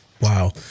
Wow